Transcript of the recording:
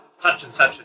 such-and-such